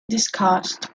discussed